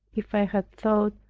if i had thought,